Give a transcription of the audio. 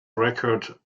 record